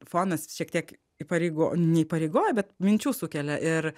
fonas šiek tiek įpareigo neįpareigoja bet minčių sukelia ir